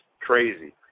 crazy